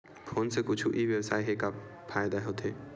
Phone से कुछु ई व्यवसाय हे फ़ायदा होथे?